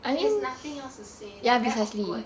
but there's nothing else to say like very awkward